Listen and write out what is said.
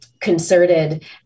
concerted